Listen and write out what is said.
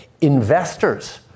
investors